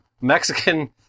Mexican